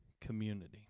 Community